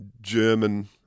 German